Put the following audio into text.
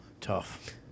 Tough